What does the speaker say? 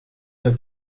der